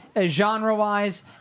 genre-wise